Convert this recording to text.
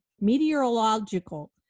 Meteorological